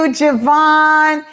javon